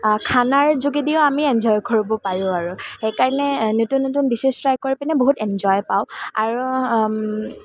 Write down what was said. খানাৰ যোগেদিও আমি এন্জয় কৰিব পাৰোঁ আৰু সেইকাৰণে নতুন নতুন ডিশ্বেজ ট্ৰাই কৰি পিনে বহুত এন্জয় পাওঁ আৰু